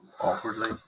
awkwardly